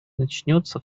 начнется